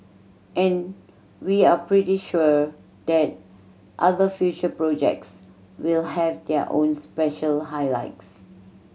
and we are pretty sure that other future projects will have their own special highlights